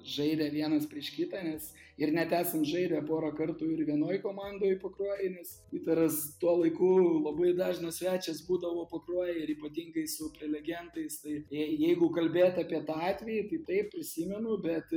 žaidę vienas prieš kitą nes ir net esam žaidę porą kartų ir vienoj komandoj pakruojy nes vytaras tuo laiku labai dažnas svečias būdavo pakruojy ir ypatingai su prelegentais tai jei jeigu kalbėt apie tą atvejį tai taip prisimenu bet